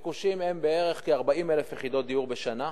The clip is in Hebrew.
הביקושים הם בערך כ-40,000 יחידות דיור בשנה,